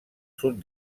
sud